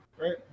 right